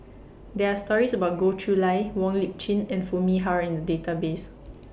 There Are stories about Goh Chiew Lye Wong Lip Chin and Foo Mee Har in The Database